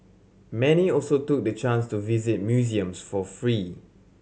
many also took the chance to visit museums for free